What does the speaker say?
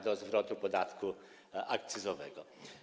do zwrotu podatku akcyzowego.